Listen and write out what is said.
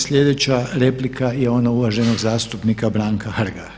Sljedeća replika je onog uvaženog zastupnika Branka Hrga.